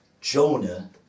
Jonah